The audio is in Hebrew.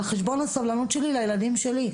על חשבון הסבלנות שלי לילדים שלי,